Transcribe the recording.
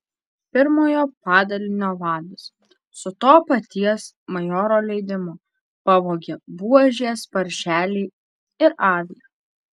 pirmojo padalinio vadas su to paties majoro leidimu pavogė buožės paršelį ir avį